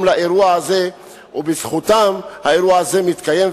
לאירוע הזה ובזכותם האירוע הזה מתקיים,